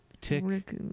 tick